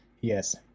yes